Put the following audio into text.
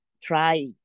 try